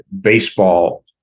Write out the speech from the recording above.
baseball